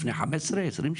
לפני 15, 20 שנה?